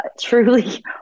truly